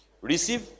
Receive